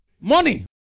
Money